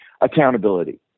accountability